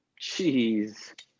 Jeez